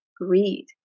greed